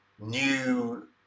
new